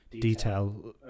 detail